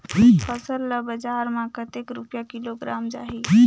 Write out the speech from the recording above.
फसल ला बजार मां कतेक रुपिया किलोग्राम जाही?